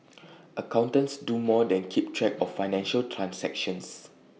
accountants do more than keep track of financial transactions